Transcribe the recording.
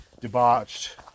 debauched